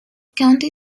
county